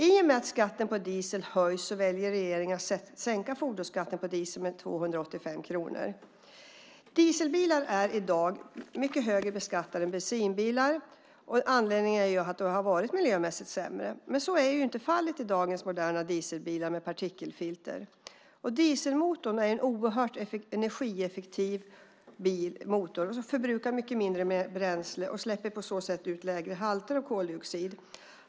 I och med att skatten på diesel höjs väljer regeringen att sänka fordonsskatten på diesel med 285 kronor. Dieselbilar är i dag mycket högre beskattade än bensinbilar, och anledningen är att de har varit miljömässigt sämre, men så är ju inte fallet med dagens moderna dieselbilar med partikelfilter. Dieselmotorn är en oerhört energieffektiv motor som förbrukar mycket mindre bränsle och på så sätt släpper ut lägre halter av koldioxid.